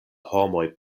homoj